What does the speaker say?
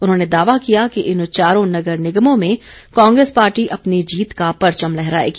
उन्होंने दावा किया कि इन चारों नगर निगमों में कांग्रेस पार्टी अपनी जीत का परचम लहराएगी